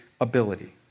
ability